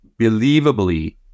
believably